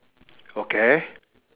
okay